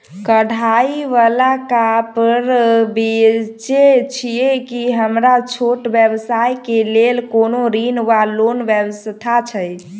कढ़ाई वला कापड़ बेचै छीयै की हमरा छोट व्यवसाय केँ लेल कोनो ऋण वा लोन व्यवस्था छै?